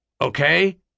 Okay